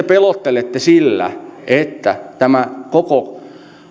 pelottelette sillä että tämä koko